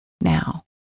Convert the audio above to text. now